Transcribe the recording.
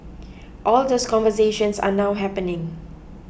all those conversations are now happening